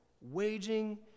waging